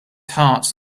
heart